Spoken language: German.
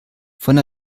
von